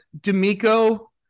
D'Amico